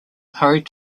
hurried